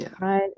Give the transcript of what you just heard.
right